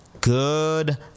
Good